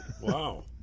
Wow